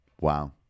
Wow